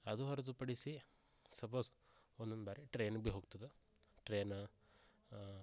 ಅದು ಹೊರತುಪಡಿಸಿ ಸಪೋಸ್ ಒಂದೊಂದು ಬಾರಿ ಟ್ರೇನ ಬಿ ಹೋಗ್ತದ ಟ್ರೇನ